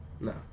No